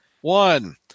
one